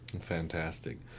Fantastic